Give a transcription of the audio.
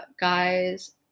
guys